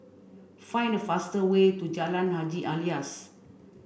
find the fastest way to Jalan Haji Alias